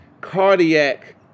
cardiac